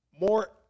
more